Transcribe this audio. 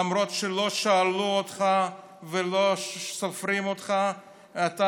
למרות שלא שאלו אותך ולא סופרים אותך, אתה